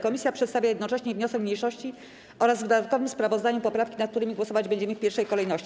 Komisja przedstawia jednocześnie wniosek mniejszości oraz w dodatkowym sprawozdaniu poprawki, nad którymi głosować będziemy w pierwszej kolejności.